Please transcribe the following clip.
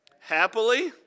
happily